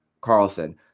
Carlson